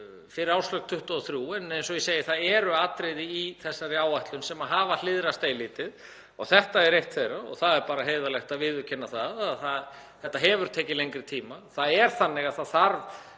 fyrir árslok 2023 en eins og ég segi þá eru atriði í þessari áætlun sem hafa hliðrast eilítið og þetta er eitt þeirra. Það er bara heiðarlegt að viðurkenna að þetta hefur tekið lengri tíma. Ef ég skil það rétt